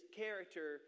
character